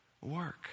work